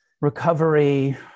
recovery